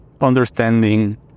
understanding